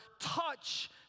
touch